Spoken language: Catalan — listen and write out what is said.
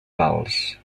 vals